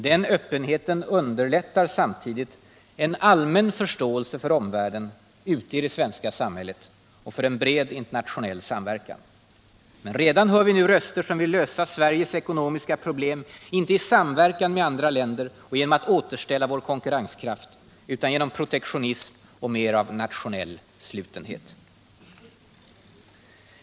Den öppenheten underlättar samtidigt en allmän förståelse för omvärlden ute i det svenska samhället och för en bred internationell samverkan. Men redan hör vi nu röster som vill lösa Sveriges ekonomiska problem, inte i samverkan med andra länder och genom att återställa vår konkurrenskraft, utan genom protektionism och mer av nationell slutenhet.